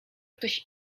ktoś